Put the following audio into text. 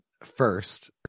first